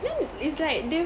then it's like they